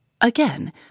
Again